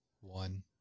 One